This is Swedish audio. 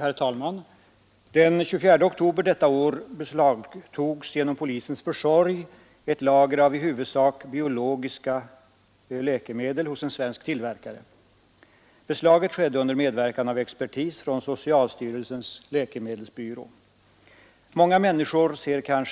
Herr talman! Den 24 oktober detta år beslagtogs genom polisens försorg ett lager av i huvudsak biologiska läkemedel hos en svensk tillverkare. Beslaget skedde under medverkan av expertis från socialstyrelsens läkemedelsavdelning. Det är känt att ifrågavarande preparat